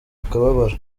kababaro